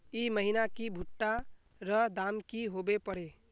ई महीना की भुट्टा र दाम की होबे परे?